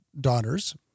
daughters